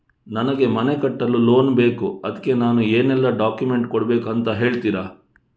ನನಗೆ ಮನೆ ಕಟ್ಟಲು ಲೋನ್ ಬೇಕು ಅದ್ಕೆ ನಾನು ಏನೆಲ್ಲ ಡಾಕ್ಯುಮೆಂಟ್ ಕೊಡ್ಬೇಕು ಅಂತ ಹೇಳ್ತೀರಾ?